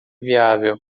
viável